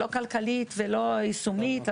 לא כלכלית ולא יישומית,